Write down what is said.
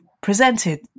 presented